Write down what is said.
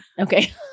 Okay